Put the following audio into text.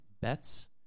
bets